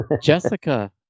Jessica